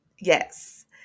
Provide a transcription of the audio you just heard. Yes